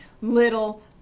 little